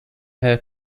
her